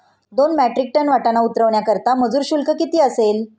दोन metric ton वाटाणा उतरवण्याकरता मजूर शुल्क किती असेल?